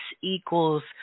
equals